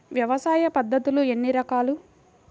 వ్యవసాయ పద్ధతులు ఎన్ని రకాలు?